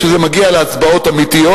כשזה מגיע להצבעות אמיתיות,